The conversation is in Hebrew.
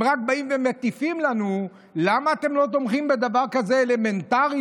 הם רק באים ומטיפים לנו: למה אתם לא תומכים בדבר כזה אלמנטרי,